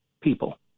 people